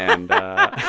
and.